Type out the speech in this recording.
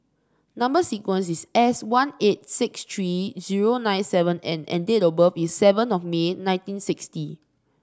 number sequence is S one eight six three zero nine seven N and date of birth is seven of May nineteen sixty